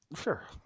Sure